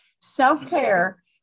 Self-care